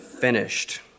finished